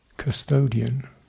custodian